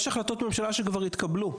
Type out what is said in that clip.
יש החלטות ממשלה שכבר התקבלו.